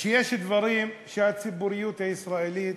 שיש דברים שהציבוריות הישראליות